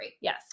yes